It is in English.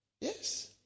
Yes